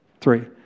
Three